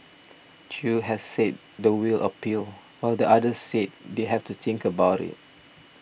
Chew has said the will appeal while the other said they have to think about it